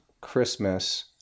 Christmas